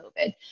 COVID